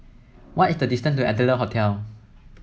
what is the distance to Adler Hostel